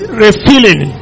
refilling